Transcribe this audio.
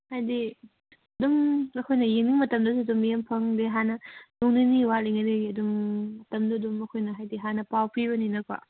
ꯍꯥꯏꯕꯗꯤ ꯑꯗꯨꯝ ꯑꯩꯈꯣꯏꯅ ꯌꯦꯡꯕ ꯃꯇꯝꯗꯁꯨ ꯑꯗꯨꯝ ꯌꯦꯡꯕ ꯐꯪꯗꯦ ꯍꯥꯟꯅ ꯅꯣꯡꯃ ꯅꯤꯅꯤ ꯋꯥꯠꯂꯤꯉꯩꯗꯒꯤ ꯑꯗꯨꯝ ꯃꯇꯝꯗꯨ ꯑꯗꯨꯝ ꯑꯩꯈꯣꯏꯅ ꯍꯥꯏꯕꯗꯤ ꯍꯥꯟꯅ ꯄꯥꯎ ꯄꯤꯔꯅꯤꯅꯀꯣ